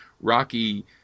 Rocky